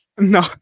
no